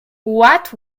what